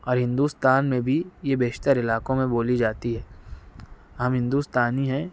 اور ہندوستان میں بھی یہ بیشتر علاقوں میں بولی جاتی ہے ہم ہندوستانی ہیں